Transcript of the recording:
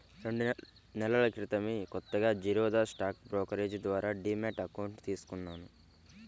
రెండు నెలల క్రితమే కొత్తగా జిరోదా స్టాక్ బ్రోకరేజీ ద్వారా డీమ్యాట్ అకౌంట్ తీసుకున్నాను